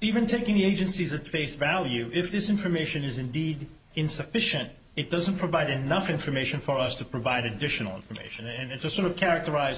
even to the agencies of face value if this information is indeed insufficient it doesn't provide enough information for us to provide additional information and it's a sort of characterize